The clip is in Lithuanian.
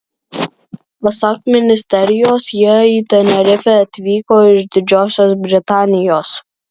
pasak ministerijos jie į tenerifę atvyko iš didžiosios britanijos